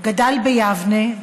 גדל ביבנה,